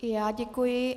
I já děkuji.